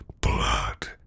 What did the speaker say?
blood